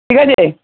ঠিক আছে